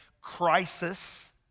crisis